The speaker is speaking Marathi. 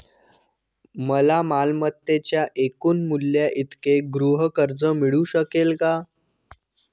मला मालमत्तेच्या एकूण मूल्याइतके गृहकर्ज मिळू शकेल का?